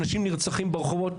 אנשים נרצחים ברחובות,